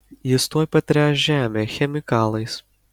jis tuoj pertręš žemę chemikalais